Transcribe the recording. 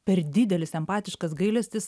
per didelis empatiškas gailestis